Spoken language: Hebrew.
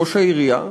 ראש העירייה,